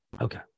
Okay